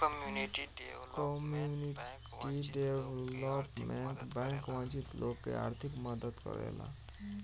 community development bank वंचित लोग के आर्थिक मदद करेला